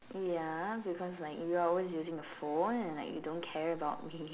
ya because like you're always using the phone and like you don't care about me